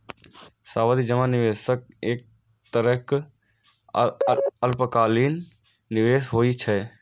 सावधि जमा निवेशक एक तरहक अल्पकालिक निवेश होइ छै